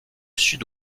sud